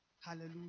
Hallelujah